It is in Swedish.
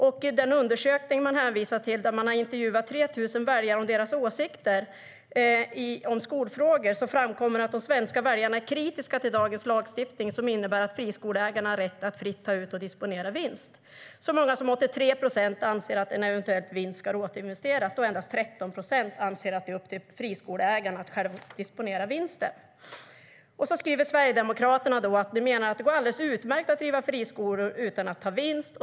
I den undersökning man hänvisar till har 3 000 väljare intervjuats om sina åsikter om skolfrågor. Det framkommer att de svenska väljarna är kritiska till dagens lagstiftning, som innebär att friskoleägarna har rätt att fritt ta ut och disponera vinst. Så många som 83 procent anser att en eventuell vinst ska återinvesteras, och endast 13 procent anser att det är upp till friskoleägarna att själva disponera vinsten. Sverigedemokraterna skriver att det går alldeles utmärkt att driva friskolor utan att ta ut vinst.